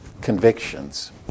convictions